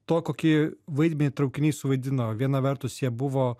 to kokį vaidmenį traukinys suvaidino viena vertus jie buvo